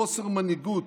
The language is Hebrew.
בחוסר מנהיגות,